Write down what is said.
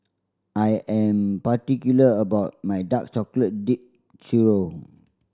I am particular about my dark chocolate dip churro